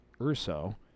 Urso